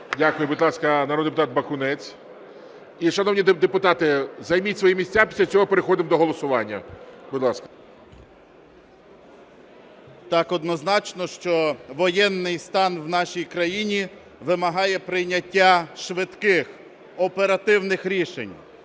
Дякую. Будь ласка, народний депутат Бакунець. І, шановні депутати, займіть свої місця, після цього переходимо до голосування. Будь ласка. 12:46:49 БАКУНЕЦЬ П.А. Так, однозначно, що воєнний стан в нашій країні вимагає прийняття швидких оперативних рішень.